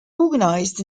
organised